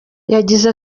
yagize